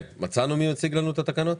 מי מציג לנו את התקנות?